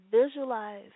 visualize